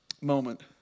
moment